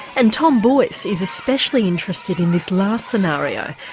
and tom boyce is especially interested in this last scenario.